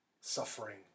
suffering